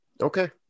Okay